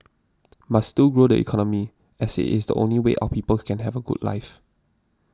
must still grow the economy as it is the only way our people can have a good life